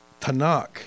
Tanakh